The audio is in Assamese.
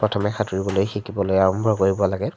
প্ৰথমে সাঁতুৰিবলৈ শিকিবলৈ আৰম্ভ কৰিব লাগে